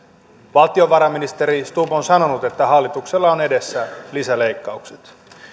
valtiovarainministeri stubb on sanonut että hallituksella on edessään lisäleikkaukset